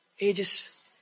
ages